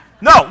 No